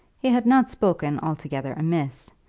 he had not spoken altogether amiss,